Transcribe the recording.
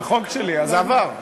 על החוק שלי, אז זה עבר,